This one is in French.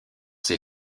ses